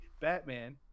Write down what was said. Batman